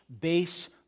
base